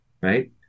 right